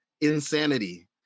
Insanity